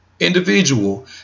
Individual